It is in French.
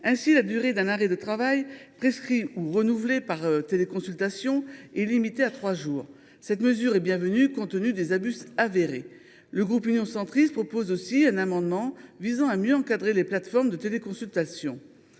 Ainsi, la durée d’un arrêt de travail prescrit ou renouvelé par téléconsultation sera limitée à trois jours – une mesure bienvenue, compte tenu des abus avérés. Le groupe Union Centriste vous proposera également un amendement visant à mieux encadrer les plateformes de téléconsultation.